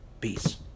Peace